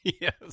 Yes